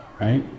right